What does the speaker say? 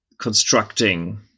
constructing